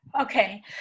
okay